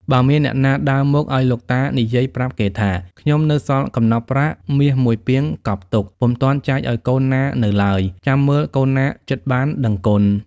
បើមានអ្នកណាដើរមកឱ្យលោកតានិយាយប្រាប់គេថា ខ្ញុំនៅសល់កំណប់ប្រាក់ មាស១ ពាងកប់ទុក ពុំទាន់ចែកឱ្យកូនណានៅឡើយ ចាំមើលកូនណាចិត្តបានដឹងគុណ។